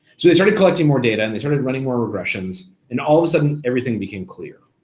so they started collecting more data and they started running more regressions and all of a sudden everything became clear.